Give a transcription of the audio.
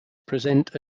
present